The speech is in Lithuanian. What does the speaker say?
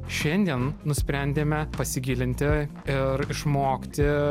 šiandien nusprendėme pasigilinti ir išmokti